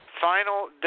Final